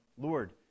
Lord